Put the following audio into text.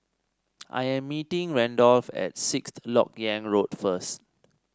I am meeting Randolph at Sixth LoK Yang Road first